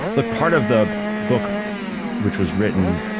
like part of the book which was written